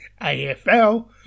AFL